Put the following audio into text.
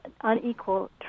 unequal